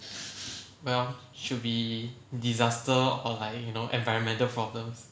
well should be disaster or like you know environmental problems